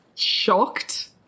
shocked